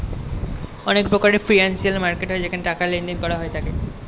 অনেক প্রকারের financial market হয় যেখানে টাকার লেনদেন করা হয়ে থাকে